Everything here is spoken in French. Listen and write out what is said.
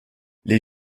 les